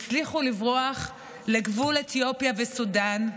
הצליחו לברוח לגבול אתיופיה וסודן,